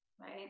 right